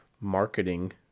marketing